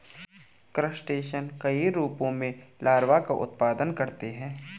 crustacean कई रूपों में लार्वा का उत्पादन करते हैं